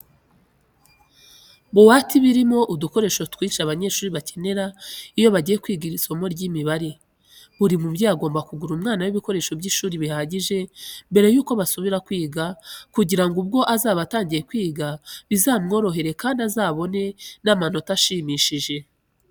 Buwate iba irimo udukoresho twinshi abanyeshuri bakenera iyo bagiye kwiga isomo ry'imibare. Buri mubyeyi agomba kugurira umwana we ibikoresho by'ishuri bihagije mbere yuko basubira kwiga kugira ngo ubwo azaba atangiye kwiga bizamworohere kandi azabone n'amanota ashimishije.